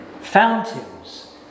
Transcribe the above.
fountains